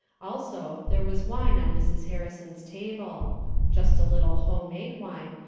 also, there was wine on mrs. harrison's table just a little home-made wine,